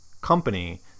company